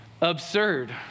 absurd